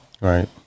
Right